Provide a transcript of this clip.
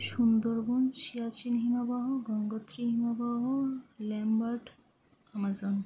সুন্দরবন সিয়াচেন হিমবাহ গঙ্গোত্রী হিমবাহ Lambert Amazon